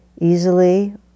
easily